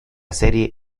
serie